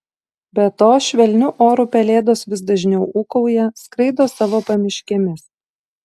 be to švelniu oru pelėdos vis dažniau ūkauja skraido savo pamiškėmis